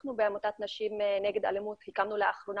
אנחנו בעמותת נשים נגד אלימות הקמנו לאחרונה